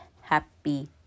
happy